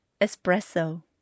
Espresso